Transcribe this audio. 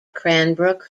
cranbrook